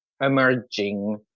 emerging